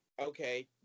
okay